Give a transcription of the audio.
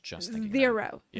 zero